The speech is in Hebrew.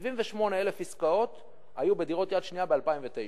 78,000 עסקאות היו בדירות יד שנייה ב-2009.